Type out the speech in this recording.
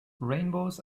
rainbows